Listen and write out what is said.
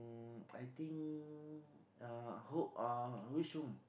mm I think uh who uh which room